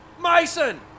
Mason